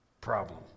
problem